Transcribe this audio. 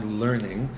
learning